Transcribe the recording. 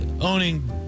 owning